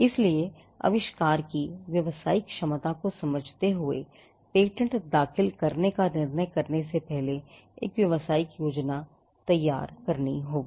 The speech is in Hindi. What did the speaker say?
इसलिए आविष्कार की व्यावसायिक क्षमता को समझते हुए पेटेंट दाखिल करने का निर्णय करने से पहले एक व्यावसायिक योजना तैयार करनी होगी